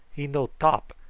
he no top,